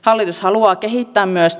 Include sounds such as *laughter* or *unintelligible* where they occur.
haluaa kehittää myös *unintelligible*